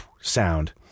sound